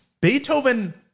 Beethoven